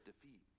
defeat